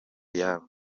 iyabo